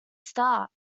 start